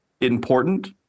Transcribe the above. important